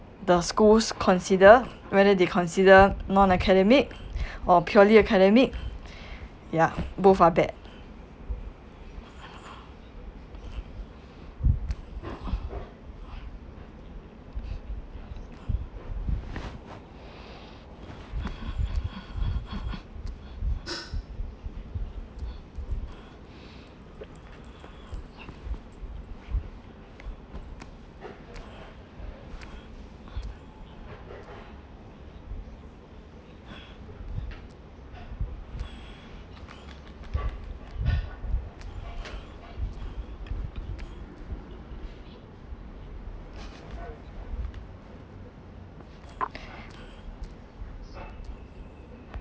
the schools consider whether they consider non-academic or purely academic ya both are bad